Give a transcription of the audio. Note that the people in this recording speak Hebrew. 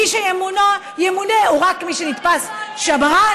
מי שימונה הוא רק מי שנתפס כשמרן,